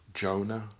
Jonah